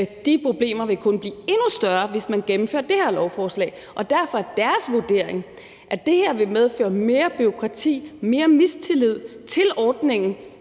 De problemer vil kun blive endnu større, hvis man gennemfører det her lovforslag. Derfor er deres vurdering, at det her vil medføre mere bureaukrati og mere mistillid til ordningen